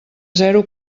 zero